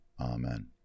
Amen